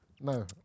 No